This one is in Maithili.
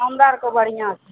हमरा आरके बढ़िआँ छै